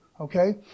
okay